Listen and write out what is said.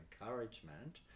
encouragement